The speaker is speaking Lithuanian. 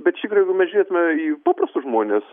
bet iš tikrųjų jeigu mes žiūrėtume į paprastus žmones